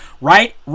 right